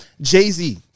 Jay-Z